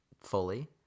fully